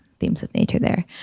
themes of nature there.